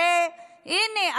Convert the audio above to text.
הרי הינה,